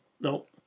Nope